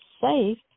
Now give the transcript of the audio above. safe